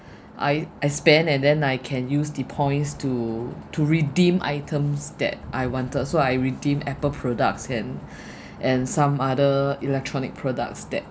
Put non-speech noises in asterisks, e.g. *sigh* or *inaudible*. I I spend and then I can use the points to to redeem items that I wanted so I redeemed apple products and *breath* and some other electronic products that